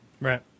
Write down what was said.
Right